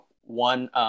one